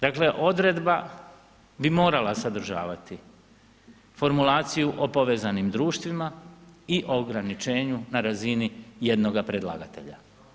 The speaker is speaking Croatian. Dakle, odredba bi morala sadržavati, formulaciju o povezanim društvima i ograničenju na razini jednoga predlagatelja.